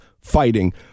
fighting